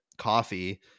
coffee